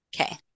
Okay